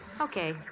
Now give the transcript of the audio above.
Okay